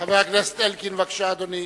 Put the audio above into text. חבר הכנסת זאב אלקין, בבקשה, אדוני.